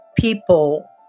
people